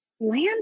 land